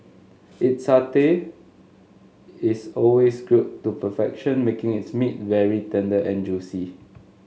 its satay is always grilled to perfection making its meat very tender and juicy